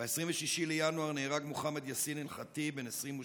ב-26 בינואר נהרג מוחמד יאסין אלח'טיב, בן 28,